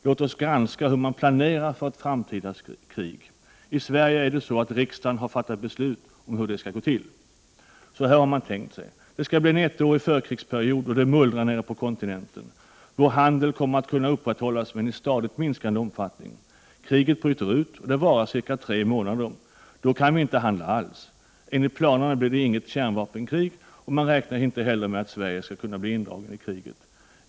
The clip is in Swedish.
Låt oss granska hur man nu planerar för ett framtida krig. I Sverige är det Prot. 1988/89:42 så att riksdagen har fattat beslut om hur ett framtida krig skall gå till. Så här är 9 december 1988 det tänkt: Det skall bli en ettårig förkrigsperiod då det mullrar nere på kontinenten. Vår handel kommer att kunna upprätthållas men i stadigt minskande omfattning. Kriget bryter ut och det varar i ca tre månader. Då kan vi inte handla alls. Enligt planerna blir det inget kärnvapenkrig. Man räknar inte heller med att Sverige skall bli indraget i kriget.